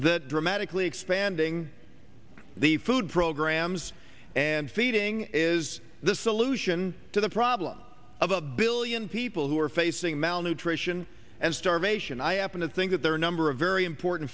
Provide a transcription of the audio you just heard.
that dramatically expanding the food programs and feeding is the solution to the problem of a billion people who are facing malnutrition and starvation i happen to think that there are a number of very important